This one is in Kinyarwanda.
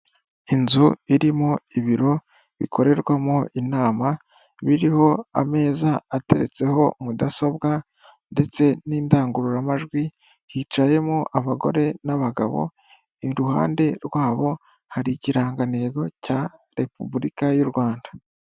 Inzu irimo ibiro bikorerwamo inama biriho ameza ateretseho mudasobwa ndetse n'indangururamajwi, hicayemo abagore n'abagabo, iruhande rwabo hari ikirangantego cya Repubulika y'u Rwanda.